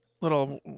Little